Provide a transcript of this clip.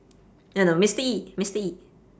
eh no mister E mister E